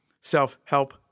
Self-help